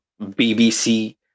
bbc